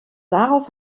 darauf